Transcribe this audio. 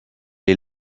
est